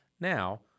now